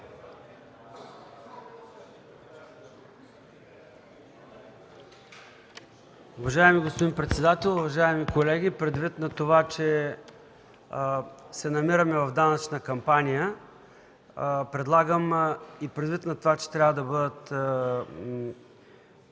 Уважаеми господин председател, уважаеми колеги! Предвид на това, че се намираме в данъчна кампания и в спешен порядък трябва да бъдат